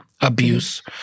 abuse